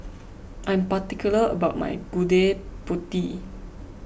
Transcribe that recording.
I am particular about my Gudeg Putih